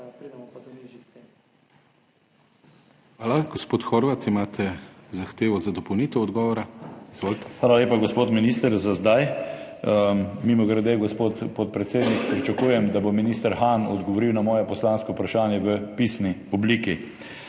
Hvala. Gospod Horvat, imate zahtevo za dopolnitev odgovora. Izvolite. **JOŽEF HORVAT (PS NSi):** Hvala lepa, gospod minister, za zdaj. Mimogrede, gospod podpredsednik, pričakujem, da bo minister Han odgovoril na moje poslansko vprašanje v pisni obliki.